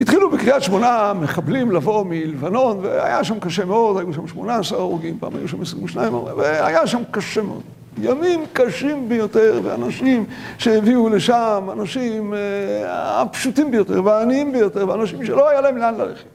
התחילו בקריית שמונה מחבלים לבוא מלבנון והיה שם קשה מאוד, היו שם שמונה עשרה הרוגים, פעם היו שם עשרים ושניים, והיה שם קשה מאוד. ימים קשים ביותר, ואנשים שהביאו לשם, אנשים הפשוטים ביותר, והעניים ביותר ואנשים שלא היה להם לאן ללכת